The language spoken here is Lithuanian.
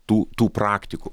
tų tų praktikų